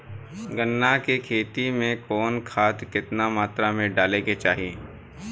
गन्ना के खेती में कवन खाद केतना मात्रा में डाले के चाही?